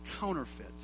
counterfeit